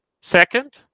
Second